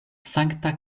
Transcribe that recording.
sankta